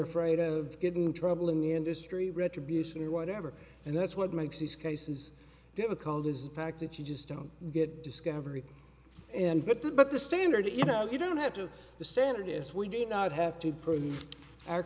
afraid of getting in trouble in the industry retribution or whatever and that's what makes these cases difficult is the fact that you just don't get discovery and get to the standard you know you don't have to the standard is we do not have to prove our